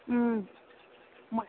उम